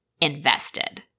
invested